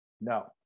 No